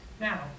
Now